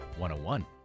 101